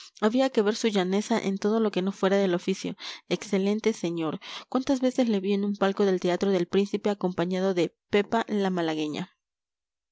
había que ver su llaneza en todo lo que no fuera del oficio excelente señor cuántas veces le vi en un palco del teatro del príncipe acompañado de pepa la malagueña